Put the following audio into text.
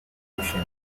notion